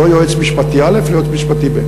לא יועץ משפטי א' ולא יועץ משפטי ב'.